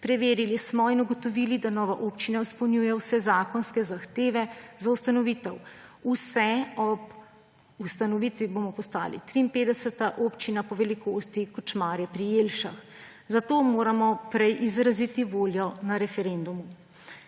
Preverili smo in ugotovili, da nova občina izpolnjuje vse zakonske zahteve za ustanovitev. Ob ustanovitvi bomo postali 53. občina po velikosti, kot Šmarje pri Jelšah. Zato moramo prej izraziti voljo na referendumu